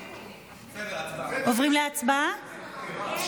ההצבעה תהיה אלקטרונית.